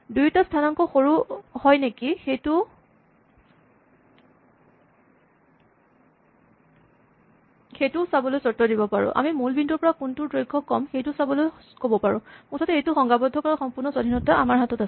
দুয়োটা স্হানাংক সৰু হয় নেকি সেইটোও চাবলৈ চৰ্ত দিব পাৰোঁ আমি মূল বিন্দুৰ পৰা কোনটোৰ দৈৰ্ঘ কম সেইটো চাবলৈও ক'ব পাৰোঁ মুঠতে এইটো সংজ্ঞাবদ্ধ কৰাৰ সম্পূৰ্ণ স্বাধীনতা আমাৰ হাতত আছে